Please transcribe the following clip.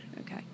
Okay